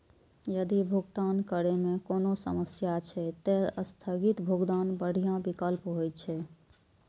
यदि भुगतान करै मे कोनो समस्या छै, ते स्थगित भुगतान बढ़िया विकल्प होइ छै